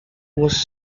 was